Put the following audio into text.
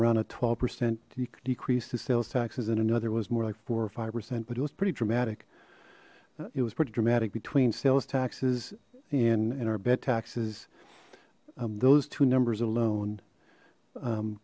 around a twelve percent decrease the sales taxes and another was more like four or five percent but it was pretty dramatic it was pretty dramatic between sales taxes and our bed taxes those two numbers alone